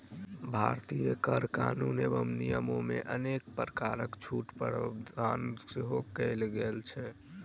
भारतीय कर कानून एवं नियममे अनेक प्रकारक छूटक प्रावधान सेहो कयल गेल छै